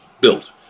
built